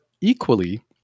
equally